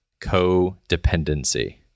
codependency